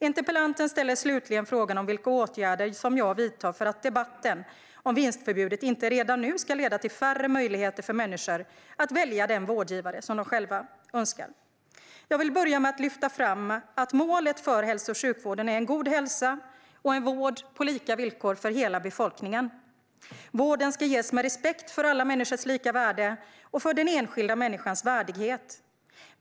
Interpellanten ställer slutligen frågan om vilka åtgärder som jag vidtar för att debatten om vinstförbudet inte redan nu ska leda till färre möjligheter för människor att välja den vårdgivare som de själva önskar. Jag vill börja med att lyfta fram att målet för hälso och sjukvården är en god hälsa och en vård på lika villkor för hela befolkningen. Vården ska ges med respekt för alla människors lika värde och för den enskilda människans värdighet.